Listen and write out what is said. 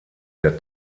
der